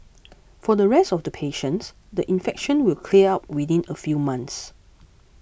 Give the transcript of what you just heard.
for the rest of the patients the infection will clear up within a few months